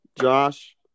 Josh –